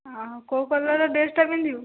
କେଉଁ କଲର୍ର ଡ୍ରେସ୍ଟା ପିନ୍ଧିବୁ